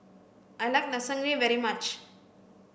I like Lasagne very much